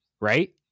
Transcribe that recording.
right